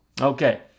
okay